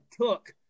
took